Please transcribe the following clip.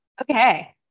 Okay